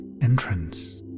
entrance